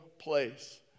place